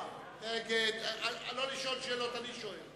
לא לשאול שאלות, אני שואל.